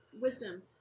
wisdom